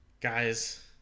guys